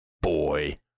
boy